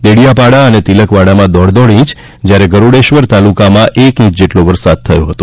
દેડિયાપાડ અને તિલકવાડામાં દોઢ દોઢ ઇંચ જ્યારે ગરૂડેશ્વર તાલુકામાં એક ઇંચ વરસાદ થયો હતો